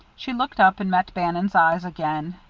she looked up and met bannon's eyes again,